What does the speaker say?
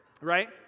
right